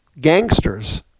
gangsters